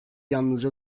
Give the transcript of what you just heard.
yalnızca